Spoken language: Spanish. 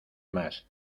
más